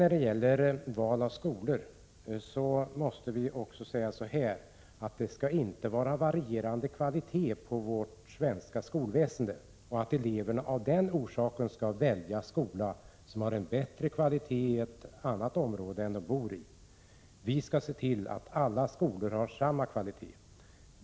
När det gäller val av skolor vill jag också säga att det inte får vara varierande kvalitet inom det svenska skolväsendet, så att eleverna av den orsaken väljer en skola med bättre kvalitet i ett annat område än det de bor i. Vi skall se till att alla skolor har samma kvalitet.